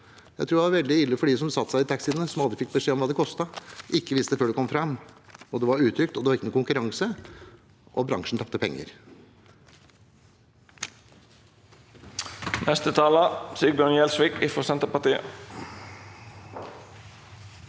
Jeg tror det var veldig ille for dem som satte seg i taxiene, som aldri fikk beskjed om hva det kostet, og ikke visste det før de kom fram. Det var utrygt, det var ikke noe konkurranse, og bransjen tapte penger.